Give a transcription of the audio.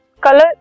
color